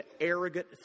arrogant